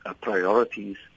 priorities